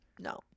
No